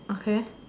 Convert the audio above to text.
okay